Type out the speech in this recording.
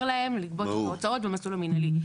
להם לגבות את ההוצאות במסלול המנהלי.